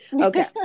Okay